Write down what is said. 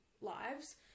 lives